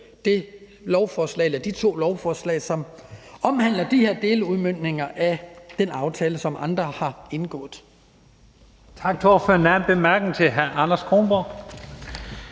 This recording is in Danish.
de to lovforslag, som omhandler de her deludmøntninger af den aftale, som andre har indgået.